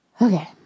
okay